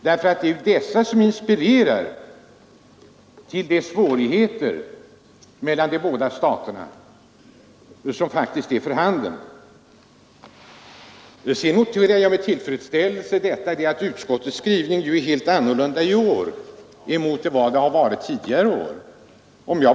” Därför att det är ju dessa som inspirerar till de svårigheter som faktiskt är för handen mellan de båda staterna. Sedan noterar jag med tillfredsställelse att utskottets skrivning är helt annorlunda i år än tidigare år.